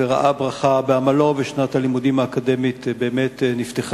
וראה ברכה בעמלו ושנת הלימודים האקדמית נפתחה